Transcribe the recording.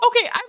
okay